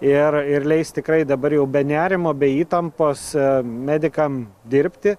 ir ir leis tikrai dabar jau be nerimo be įtampos medikam dirbti